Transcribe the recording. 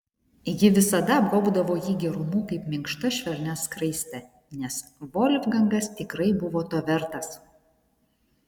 ji visada apgaubdavo jį gerumu kaip minkšta švelnia skraiste nes volfgangas tikrai buvo to vertas